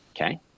Okay